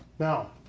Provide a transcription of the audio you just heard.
now,